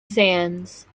sands